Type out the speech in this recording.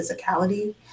physicality